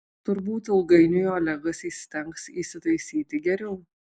turbūt ilgainiui olegas įstengs įsitaisyti geriau